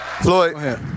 Floyd